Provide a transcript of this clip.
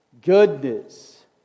goodness